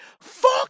Fuck